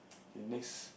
he makes